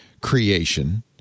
creation